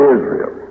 Israel